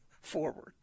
Forward